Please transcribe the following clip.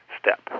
step